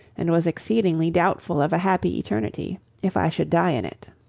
and was exceedingly doubtful of a happy eternity if i should die in it.